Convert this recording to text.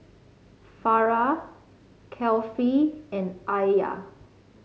Farah and Alya